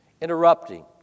Interrupting